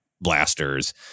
blasters